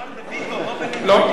הוא אמר דה-ויטו, לא בניטו.